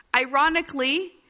Ironically